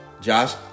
Josh